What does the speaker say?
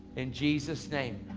in jesus name,